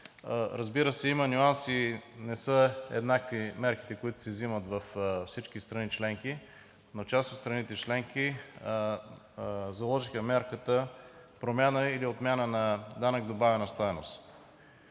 разбира се, има нюанси. Не са еднакви мерките, които се вземат във всички страни членки, но част от страните членки заложиха мярката промяна или отмяна на данък добавена стойност.